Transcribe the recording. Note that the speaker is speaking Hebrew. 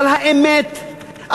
אבל האמת,